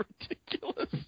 ridiculous